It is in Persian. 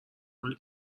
مال